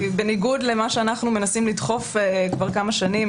בניגוד למה שאנחנו מנסים לדחוף כבר כמה שנים,